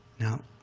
now,